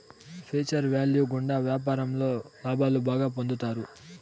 future value గుండా వ్యాపారంలో లాభాలు బాగా పొందుతారు